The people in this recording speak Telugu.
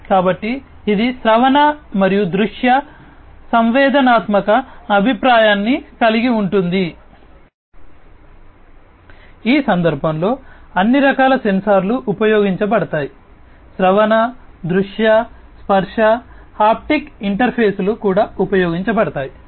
కాబట్టి ఇది శ్రవణ మరియు దృశ్య సంవేదనాత్మక అభిప్రాయాన్ని కలిగి ఉంటుంది ఈ సందర్భంలో అన్ని రకాల సెన్సార్లు ఉపయోగించబడతాయి శ్రవణ దృశ్య స్పర్శ హాప్టిక్ ఇంటర్ఫేస్లు కూడా ఉపయోగించబడతాయి